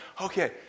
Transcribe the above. okay